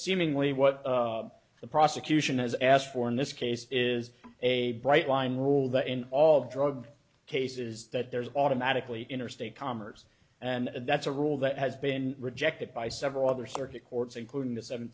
seemingly what the prosecution has asked for in this case is a bright line rule that in all drug cases that there is automatically interstate commerce and that's a rule that has been rejected by several other circuit courts including the